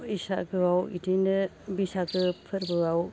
बैसागोआव बिदिनो बैसागो फोरबोआव